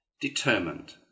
determined